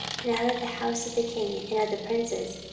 and out of the house of the king, and of the princes,